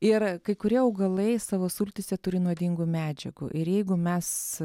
ir kai kurie augalai savo sultyse turi nuodingų medžiagų ir jeigu mes